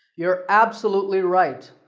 you're absolutely right.